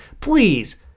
please